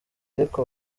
ariko